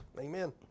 Amen